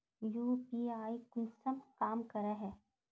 UPI कुंसम काम करे है?